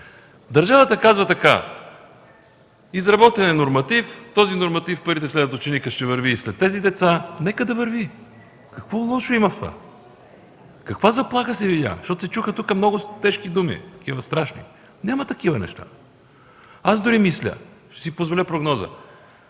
Държавата казва така: изработен е норматив, този норматив „парите следват ученика” ще върви и след тези деца. Нека да върви. Какво лошо има в това? Каква заплаха се видя? Защото тук се чуха много тежки, страшни думи. Няма такива неща. Дори мисля, ще си позволя прогноза: